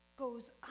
goes